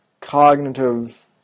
cognitive